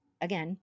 again